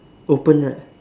open right